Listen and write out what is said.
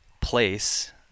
place